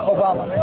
Obama